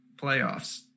playoffs